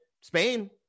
spain